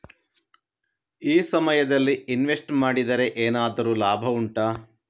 ಈ ಸಮಯದಲ್ಲಿ ಇನ್ವೆಸ್ಟ್ ಮಾಡಿದರೆ ಏನಾದರೂ ಲಾಭ ಉಂಟಾ